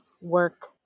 work